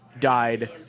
Died